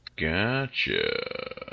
Gotcha